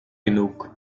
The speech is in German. genug